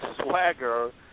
Swagger